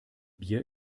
bier